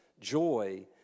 joy